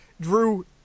Drew